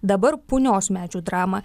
dabar punios medžių dramą